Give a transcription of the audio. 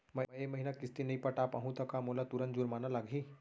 मैं ए महीना किस्ती नई पटा पाहू त का मोला तुरंत जुर्माना लागही?